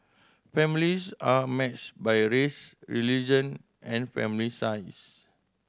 families are matched by race religion and family size